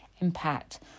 impact